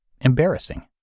embarrassing